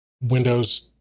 Windows